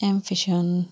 impatiens